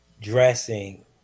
dressing